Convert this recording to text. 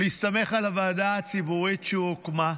-- להסתמך על הוועדה הציבורית שהוקמה.